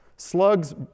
Slug's